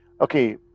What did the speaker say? Okay